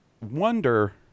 wonder